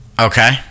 Okay